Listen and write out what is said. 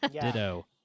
ditto